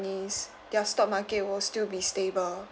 ~nies their stock market will still be stable